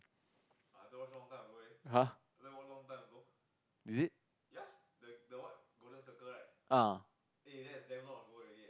!huh! is it ah